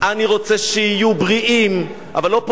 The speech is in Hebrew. אני רוצה שיהיו בריאים, אבל לא פה.